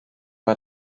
bei